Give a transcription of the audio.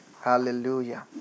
Hallelujah